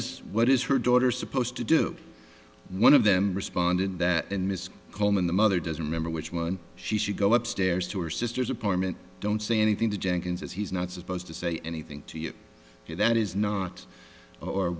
is what is her daughter supposed to do one of them responded that in mrs coleman the mother doesn't remember which one she should go upstairs to her sister's apartment don't say anything to jenkins as he's not supposed to say anything to you that is not or